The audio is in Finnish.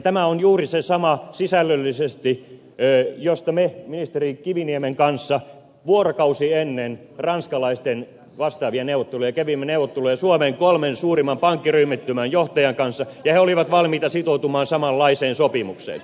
tämä on sisällöllisesti juuri se sama josta me ministeri kiviniemen kanssa vuorokausi ennen ranskalaisten vastaavia neuvotteluja kävimme neuvotteluja suomen kolmen suurimman pankkiryhmittymän johtajan kanssa ja he olivat valmiita sitoutumaan samanlaiseen sopimukseen